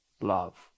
love